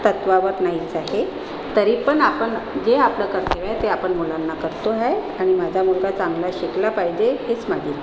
तत्त्वावर नाहीच आहे तरी पण आपण जे आपलं कर्तव्य आहे ते आपण मुलांना करतो आहे आणि माझा मुलगा चांगला शिकला पाहिजे हेच माझी इच्छा आहे